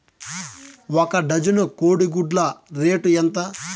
ఒక డజను కోడి గుడ్ల రేటు ఎంత?